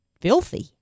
filthy